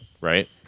right